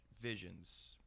visions